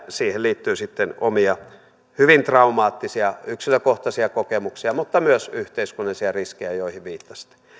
siihen liittyy sitten omia hyvin traumaattisia yksilökohtaisia kokemuksia mutta myös yhteiskunnallisia riskejä joihin viittasitte